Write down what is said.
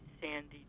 sandy